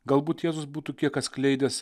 galbūt jėzus būtų kiek atskleidęs